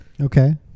okay